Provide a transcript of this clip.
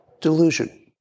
Delusion